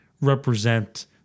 represent